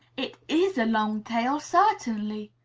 it is a long tail, certainly,